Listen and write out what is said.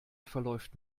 verläuft